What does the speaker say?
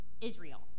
Israel